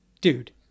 Dude